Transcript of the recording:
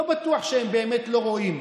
לא בטוח שהם באמת לא רואים.